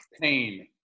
pain